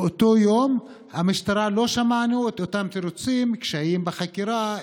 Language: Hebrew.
באותו יום לא שמענו מהמשטרה את אותם תירוצים: קשיים בחקירה,